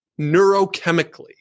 neurochemically